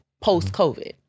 post-COVID